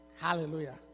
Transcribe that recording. Hallelujah